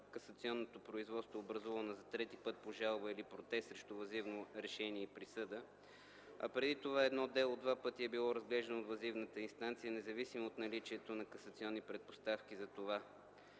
касационното производство е образувано за трети път по жалба или протест срещу въззивно решение и присъда, а преди това едно дело два пъти е било разглеждано от въззивната инстанция, независимо от наличието на касационни предпоставки за това.